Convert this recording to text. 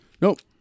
Nope